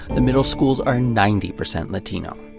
the middle schools are ninety percent latino.